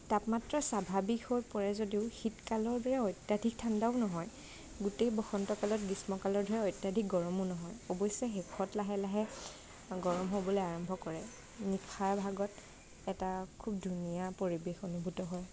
মাত্ৰ স্বাভাৱিক হৈ পৰে যদিও শীতকালৰ দৰে অত্যাধিক ঠাণ্ডাও নহয় গোটেই বসন্তকালত গ্ৰীষ্মকালৰ দৰে অত্যাধিক গৰমো নহয় অৱশ্যে শেষত লাহে লাহে গৰম হ'বলৈ আৰম্ভ কৰে নিশাৰ ভাগত এটা খুব ধুনীয়া পৰিবেশ অনুভূত হয়